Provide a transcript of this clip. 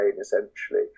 essentially